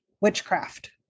witchcraft